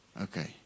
Okay